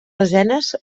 lesenes